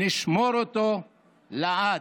נשמור אותו לעד.